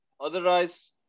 Otherwise